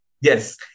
Yes